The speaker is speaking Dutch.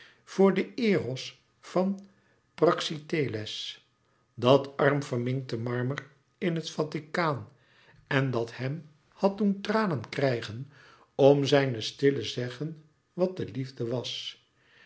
voor den eros van praxiteles dat arm verminkte marmer in het vaticaan en dat hem had doen tranen krijgen om zijne stille zeggen wat de liefde was